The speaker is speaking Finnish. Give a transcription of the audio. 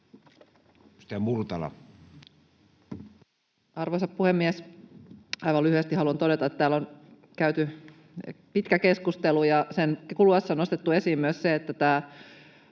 Arvoisa puhemies! Aivan lyhyesti haluan todeta, että täällä on käyty pitkä keskustelu ja sen kuluessa on nostettu esiin myös se, että tämä